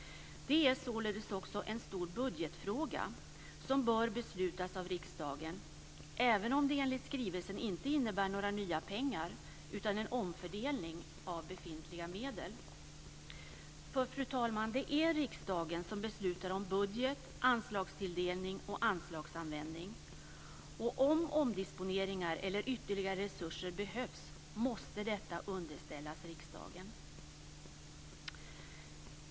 Det är således också en stor budgetfråga som bör beslutas av riksdagen, även om det enligt skrivelsen inte innebär några nya pengar utan en omfördelning av befintliga medel. Fru talman! Det är riksdagen som beslutar om budget, anslagstilldelning och anslagsanvändning. Om omdisponeringar eller ytterligare resurser behövs måste detta underställas riksdagen.